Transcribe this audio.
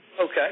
Okay